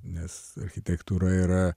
nes architektūra yra